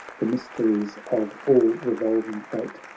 the mysteries of all-revolving fate.